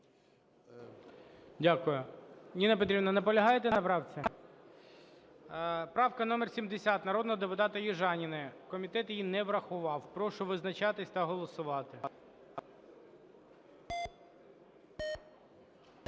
Дякую. Ніна Петрівна, наполягаєте на правці? Правка номер 70 народного депутата Южаніної. Комітет її не врахував. Прошу визначатись та голосувати.